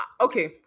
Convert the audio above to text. Okay